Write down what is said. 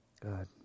God